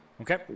Okay